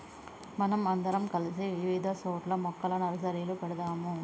మనం అందరం కలిసి ఇవిధ సోట్ల మొక్కల నర్సరీలు పెడదాము